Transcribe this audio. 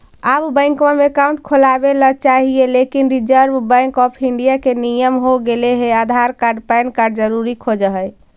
आब बैंकवा मे अकाउंट खोलावे ल चाहिए लेकिन रिजर्व बैंक ऑफ़र इंडिया के नियम हो गेले हे आधार कार्ड पैन कार्ड जरूरी खोज है?